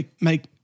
make